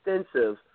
extensive